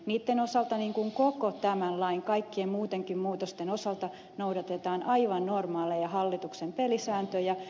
niitten osalta niin kuin koko tämän lain kaikkien muittenkin muutosten osalta noudatetaan aivan normaaleja hallituksen pelisääntöjä